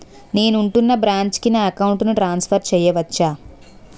నేను ఉంటున్న బ్రాంచికి నా అకౌంట్ ను ట్రాన్సఫర్ చేయవచ్చా?